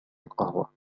القهوة